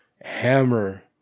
hammer